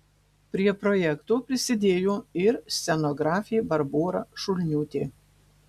prie projekto prisidėjo ir scenografė barbora šulniūtė